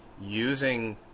using